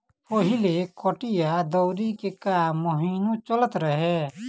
पहिले कटिया दवरी के काम महिनो चलत रहे